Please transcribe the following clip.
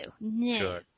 No